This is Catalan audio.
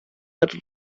per